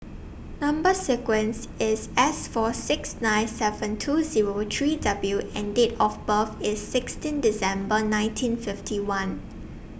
Number sequence IS S four six nine seven two Zero three W and Date of birth IS sixteen December nineteen fifty one